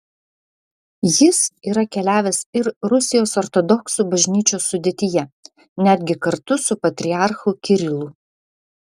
jis yra keliavęs ir rusijos ortodoksų bažnyčios sudėtyje netgi kartu su patriarchu kirilu